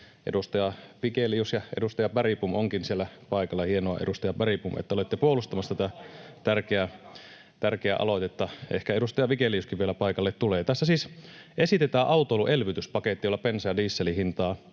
edustaja Vigelius — ja edustaja Bergbom onkin siellä paikalla. Hienoa, edustaja Bergbom, että olette puolustamassa tätä tärkeää aloitetta. Ehkä edustaja Vigeliuskin vielä paikalle tulee. Tässä siis esitetään autoilun elvytyspakettia, jolla bensan ja dieselin hintaa